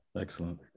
excellent